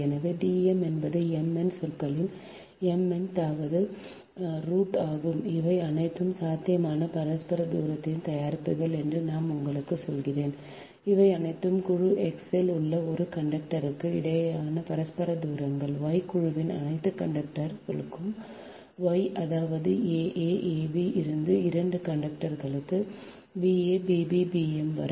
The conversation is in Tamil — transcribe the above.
எனவே D m என்பது mn சொற்களின் mn தாவது ரூட் ஆகும் இவை அனைத்தும் சாத்தியமான பரஸ்பர தூரத்தின் தயாரிப்புகள் என்று நான் உங்களுக்குச் சொன்னேன் இவை அனைத்தும் குழு X இல் உள்ள ஒரு கண்டக்டருக்கு இடையேயான பரஸ்பர தூரங்கள் Y குழுவின் அனைத்து கண்டக்டர்களுக்கும் Y அதாவது aa ab இருந்து இரண்டு கண்டக்டர்களுக்கு ba bb bm வரை